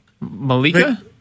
Malika